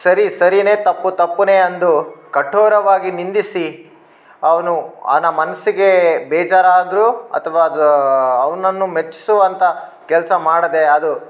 ಸರಿ ಸರಿನೇ ತಪ್ಪು ತಪ್ಪೇ ಎಂದು ಕಠೋರವಾಗಿ ನಿಂದಿಸಿ ಅವನು ಆನ ಮನಸ್ಸಿಗೆ ಬೇಜಾರು ಆದರು ಅಥ್ವ ಅದು ಅವನನ್ನು ಮೆಚ್ಸುವಂಥ ಕೆಲಸ ಮಾಡದೆ ಅದು